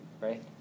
right